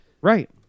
Right